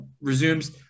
resumes